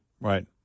right